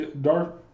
dark